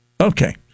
Okay